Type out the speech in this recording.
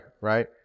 right